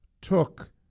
took